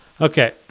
Okay